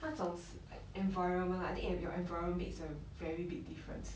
那种 environment lah I think your environment makes a very big difference